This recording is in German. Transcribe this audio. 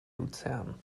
luzern